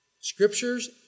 Scriptures